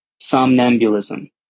somnambulism